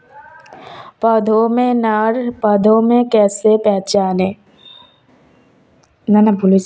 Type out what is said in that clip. पौधों में नर पौधे को कैसे पहचानें?